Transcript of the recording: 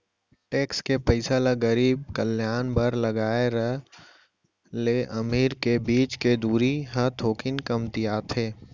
tax के पइसा ल गरीब कल्यान बर लगाए र ले अमीर गरीब के बीच के दूरी ह थोकिन कमतियाथे